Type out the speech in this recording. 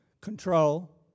control